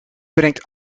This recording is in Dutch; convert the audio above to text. brengt